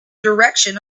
direction